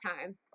time